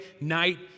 night